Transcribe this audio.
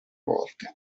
volte